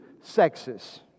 sexes